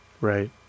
Right